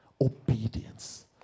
Obedience